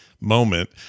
moment